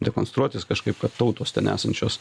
dekonstruotis kažkaip kad tautos ten esančios